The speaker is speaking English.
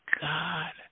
God